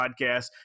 podcast